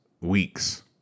weeks